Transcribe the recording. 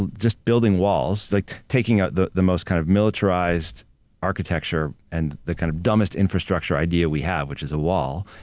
just building walls, like taking ah out the most kind of militarized architecture and the kind of dumbest infrastructure idea we have, which is a wall,